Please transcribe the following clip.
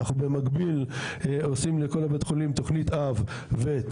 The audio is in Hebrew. אנחנו במקביל עושים לכל בתי החולים תוכנית אב ותב"ע,